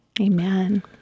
Amen